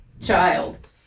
child